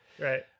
Right